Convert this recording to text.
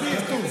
אתה,